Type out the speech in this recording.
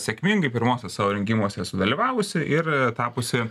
sėkmingai pirmose savo rinkimuose sudalyvavusi ir tapusi